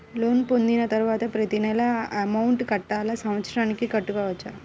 Loan పొందిన తరువాత ప్రతి నెల అమౌంట్ కట్టాలా? సంవత్సరానికి కట్టుకోవచ్చా?